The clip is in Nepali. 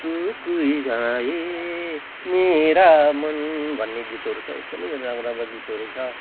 तु कोई आए मेरा मन भन्ने गीतहरू चाहिँ एकदमै राम्रा राम्रा गीतहरू छ